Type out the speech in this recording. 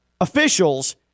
officials